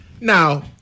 Now